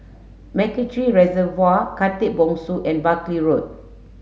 MacRitchie Reservoir Khatib Bongsu and Buckley Road